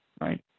right